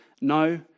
No